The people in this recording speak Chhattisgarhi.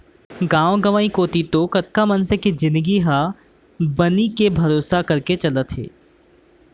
गांव गंवई कोती तो कतका मनसे के जिनगी ह तो बनी के भरोसा करके चलत हे